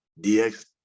DX